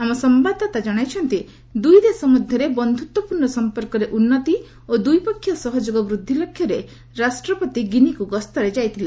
ଆମ ସମ୍ବାଦଦାତା ଜଣାଇଛନ୍ତି ଦୁଇ ଦେଶ ମଧ୍ୟରେ ବନ୍ଧୁତ୍ୱପୂର୍ଣ୍ଣ ସମ୍ପର୍କରେ ଉନ୍ନତି ଓ ଦ୍ୱିପକ୍ଷିୟ ସହଯୋଗ ବୃଦ୍ଧି ଲକ୍ଷ୍ୟରେ ରାଷ୍ଟ୍ରପତି ଗିନିକୁ ଗସ୍ତରେ ଯାଇଥିଲେ